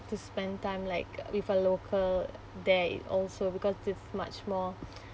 to spend time like with a local there it also because it's much more